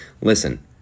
listen